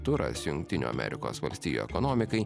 turas jungtinių amerikos valstijų ekonomikai